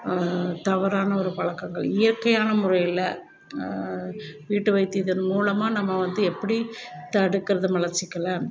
தவறான ஒரு பழக்கங்கள் இயற்கையான முறையில் வீட்டு வைத்தியத்தின் மூலமாக நம்ம வந்து எப்படி தடுக்கிறது மலச்சிக்கலை